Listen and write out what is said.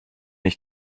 ich